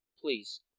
please